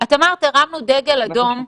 את אמרת הרמנו דגל אדום,